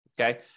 okay